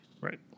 Right